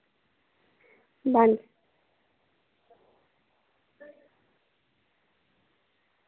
बंद